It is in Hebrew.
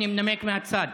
אני מנמק מהצד.